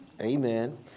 Amen